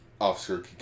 Officer